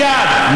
מייד,